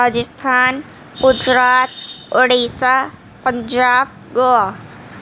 Rajasthan Gujarat Orissa Punjab Goa